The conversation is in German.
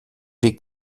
weg